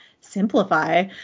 simplify